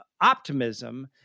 optimism